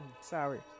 Sorry